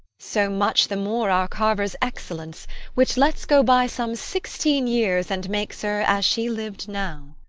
so much the more our carver's excellence which lets go by some sixteen years, and makes her as she liv'd now.